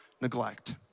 neglect